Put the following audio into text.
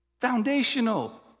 foundational